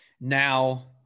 now